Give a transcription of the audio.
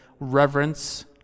reverence